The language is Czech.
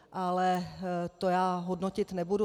Ale to já hodnotit nebudu.